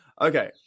Okay